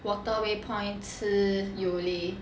waterway point 吃 Yole